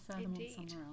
Indeed